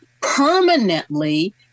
permanently